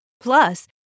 Plus